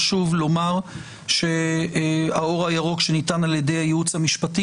חשוב לומר שהאור הירוק שניתן על ידי הייעוץ המשפטי